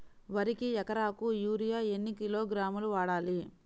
వరికి ఎకరాకు యూరియా ఎన్ని కిలోగ్రాములు వాడాలి?